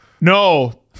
No